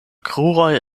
kruroj